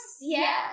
yes